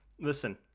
Listen